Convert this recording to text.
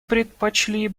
предпочли